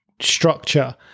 structure